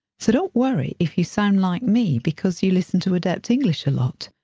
so don't worry, if you sound like me, because you listen to adept english a lot!